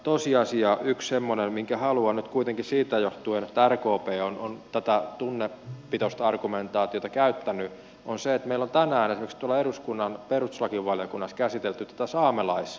yksi semmoinen tosiasia minkä haluan nyt kuitenkin sanoa siitä johtuen että rkp on tätä tunnepitoista argumentaatiota käyttänyt on se että meillä on tänään esimerkiksi eduskunnan perustuslakivaliokunnassa käsitelty saamelaisasiaa